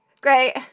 great